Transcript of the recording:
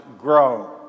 grow